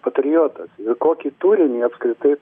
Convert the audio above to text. patriotas kokį turinį apskritai